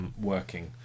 working